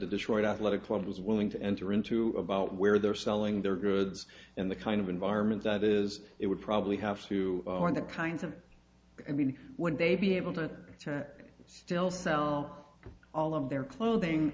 the detroit athletic club was willing to enter into about where they're selling their goods and the kind of environment that is it would probably have to or the kinds of everything would they be able to return still sell all of their clothing